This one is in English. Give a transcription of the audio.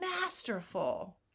masterful